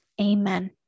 Amen